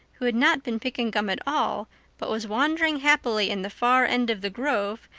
who had not been picking gum at all but was wandering happily in the far end of the grove,